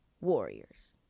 Warriors